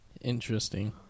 Interesting